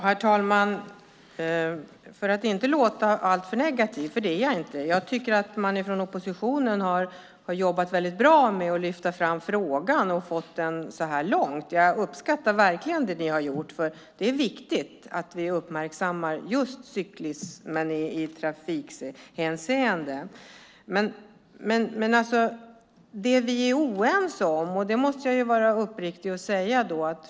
Herr talman! För att inte låta alltför negativ, för det är jag inte: Jag tycker att man från oppositionen har jobbat väldigt bra med att lyfta fram frågan och få den så här långt. Jag uppskattar verkligen det ni har gjort. Det är viktigt att vi uppmärksammar cyklismen i trafikhänseende. Det vi är oense om måste jag vara uppriktig och säga.